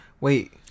Wait